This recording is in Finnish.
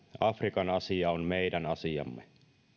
afrikan asia on meidän asiamme